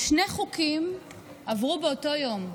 שני חוקים עברו באותו יום,